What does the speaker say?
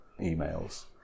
emails